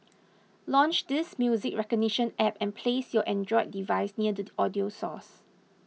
launch this music recognition app and place your Android device near the audio source